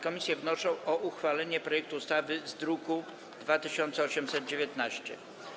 Komisje wnoszą o uchwalenie projektu ustawy z druku nr 2819.